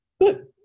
Good